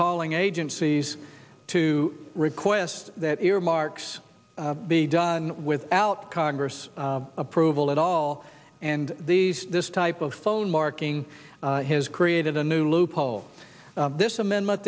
calling agencies to request that earmarks be done without congress approval at all and these this type of phone marking has created a new loophole this amendment